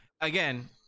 again